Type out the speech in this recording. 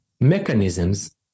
mechanisms